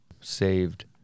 saved